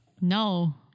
No